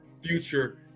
future